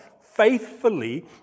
faithfully